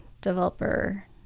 developer